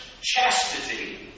chastity